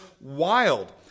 wild